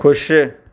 खु़शि